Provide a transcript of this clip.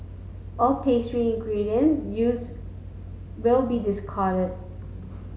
all pastries and ingredients used will be discarded